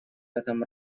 этом